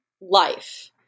life